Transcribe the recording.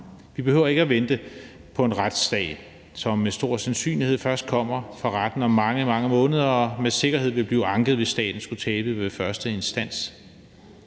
Vi behøver ikke at vente på en retssag, som med stor sandsynlighed kommer for retten om mange, mange måneder, og som med sikkerhed vil blive anket, hvis staten skulle tabe ved første instans.